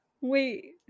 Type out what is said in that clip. Wait